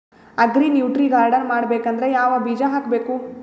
Agri nutri garden ಮಾಡಬೇಕಂದ್ರ ಯಾವ ಬೀಜ ಹಾಕಬೇಕು?